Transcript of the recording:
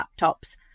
laptops